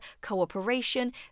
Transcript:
cooperation